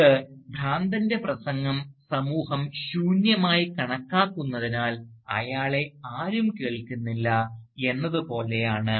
ഇത് ഭ്രാന്തൻറെ പ്രസംഗം സമൂഹം ശൂന്യമായി കണക്കാക്കുന്നതിനാൽ അയാളെ ആരും കേൾക്കുന്നില്ല എന്നത് പോലെയാണ്